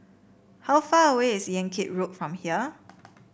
how far away is Yan Kit Road from here